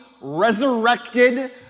resurrected